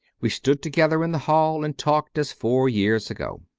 we stood together in the hall and talked as four years ago.